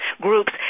groups